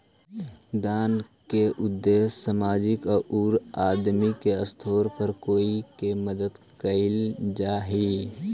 दान के उद्देश्य सामाजिक औउर आदमी के स्तर पर कोई के मदद कईल जा हई